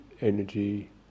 energy